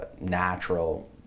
natural